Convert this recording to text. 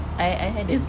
I I hadn't